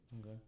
Okay